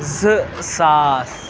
زٕ ساس